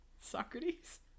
Socrates